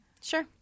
Sure